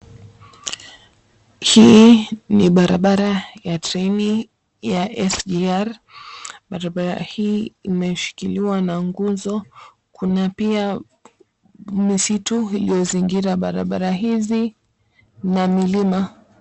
Hii ni barabara ya treini ya SGR. Barabara hii imeshikiliwa na nguzo. Kuna pia misitu iliyozingira barabara hizi na milima.